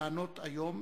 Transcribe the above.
לענות היום,